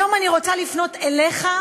היום אני רוצה לפנות אליך,